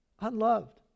Unloved